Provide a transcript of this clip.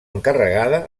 encarregada